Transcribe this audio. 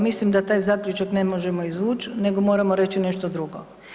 Mislim da taj zaključak ne možemo izvuć nego moramo reći nešto drugo.